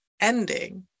ending